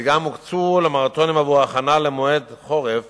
וגם הוקצו למרתונים עבור הכנה למועד חורף